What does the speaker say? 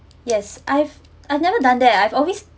yes I've I've never done that I've always